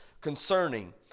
concerning